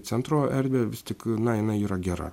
centro erdvę vis tik na jinai yra gera